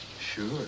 Sure